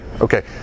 Okay